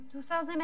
2008